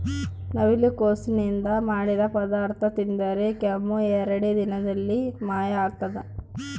ನವಿಲುಕೋಸು ನಿಂದ ಮಾಡಿದ ಪದಾರ್ಥ ತಿಂದರೆ ಕೆಮ್ಮು ಎರಡೇ ದಿನದಲ್ಲಿ ಮಾಯ ಆಗ್ತದ